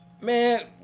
Man